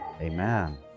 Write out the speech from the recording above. Amen